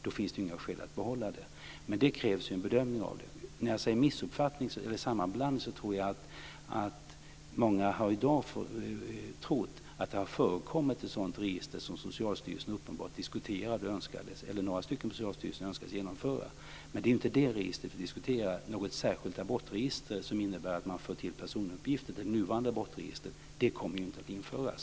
Då finns det inga skäl att behålla det. Men det krävs en bedömning. När jag säger sammanblandning tror jag att många i dag har trott att det har förekommit ett sådant register som Socialstyrelsen uppenbarligen diskuterade och som några stycken på Socialstyrelsen önskade skulle genomföras. Men det är inte det registret vi diskuterar. Något särskilt abortregister som innebär att man för till personuppgifter till det nuvarande abortregistret kommer inte att införas.